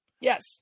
Yes